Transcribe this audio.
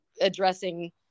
addressing